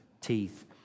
teeth